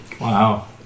Wow